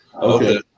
Okay